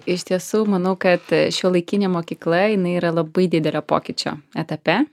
iš tiesų manau kad šiuolaikinė mokykla jinai yra labai didelio pokyčio etape